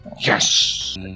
Yes